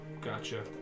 Gotcha